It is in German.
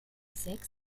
sechs